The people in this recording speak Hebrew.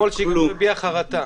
שמעתי אתמול שהיא לא הביעה חרטה.